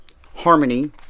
harmony